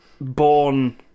born